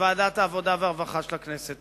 בוועדת העבודה והרווחה של הכנסת.